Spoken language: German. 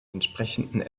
entsprechenden